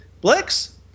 Blix